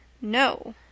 No